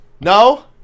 No